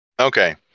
Okay